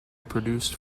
produced